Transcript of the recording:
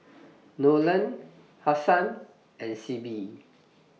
Nolen Hassan and Sibbie